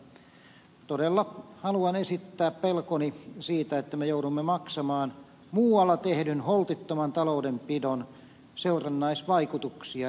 mutta todella haluan esittää pelkoni siitä että me joudumme maksamaan muualla tehdyn holtittoman taloudenpidon seurannaisvaikutuksia